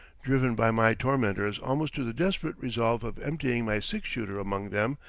driven by my tormentors almost to the desperate resolve of emptying my six-shooter among them,